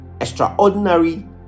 extraordinary